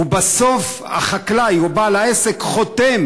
ובסוף החקלאי או בעל העסק חותם